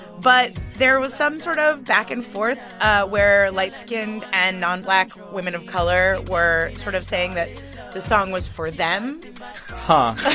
but there was some sort of back-and-forth where light-skinned and non-black women of color were sort of saying that the song was for them but